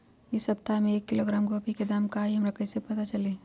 इ सप्ताह में एक किलोग्राम गोभी के दाम का हई हमरा कईसे पता चली?